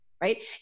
right